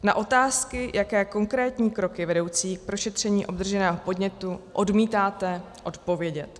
Na otázky, jaké konkrétní kroky vedoucí k prošetření obdrženého podnětu , odmítáte odpovědět.